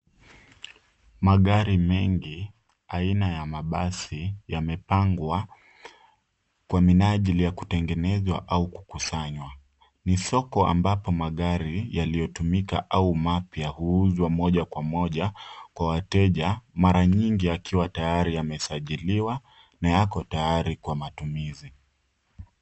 Magari mengi aina ya mabasi yamepangwa kwa minajili ya kutegenezwa au kukusanywa. Ni soko ambapo magari yaliyotumika au mapya huuzwa moja kwa moja kwa wateja. Mara nyingi yakiwa tayari yamesajiliwa na yako tayari kwa matumizi.